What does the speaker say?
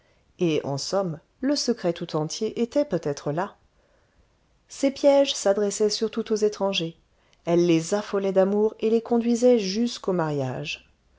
et en somme le secret tout entier était peut-être là ses pièges s'adressaient surtout aux étrangers elle les affolait d'amour et les conduisait jusqu'au mariage